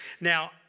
Now